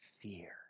Fear